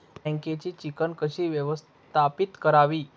बँकेची चिकण कशी व्यवस्थापित करावी?